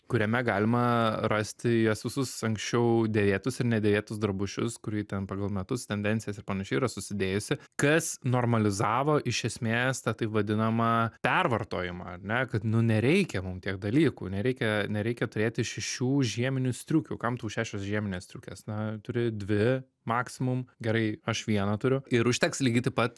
kuriame galima rasti jos visus anksčiau dėvėtus ir nedėvėtus drabužius kur ji ten pagal metus tendencijas ir panašiai yra susidėjusi kas normalizavo iš esmės tą taip vadinamą pervartojimą ar ne kad nu nereikia mum tiek dalykų nereikia nereikia turėti šešių žieminių striukių kam tau šešios žieminės striukės na turi dvi maksimum gerai aš vieną turiu ir užteks lygiai taip pat